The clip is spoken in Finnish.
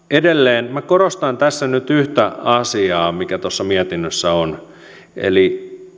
edelleen korostan tässä nyt yhtä asiaa mikä tuossa mietinnössä on eli